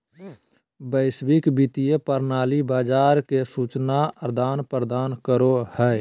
वैश्विक वित्तीय प्रणाली बाजार के सूचना आदान प्रदान करो हय